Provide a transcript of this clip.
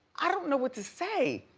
i don't know what to say.